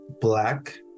black